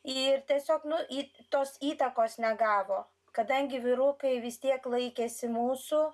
ir tiesiog nu į tos įtakos negavo kadangi vyrukai vis tiek laikėsi mūsų